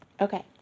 Okay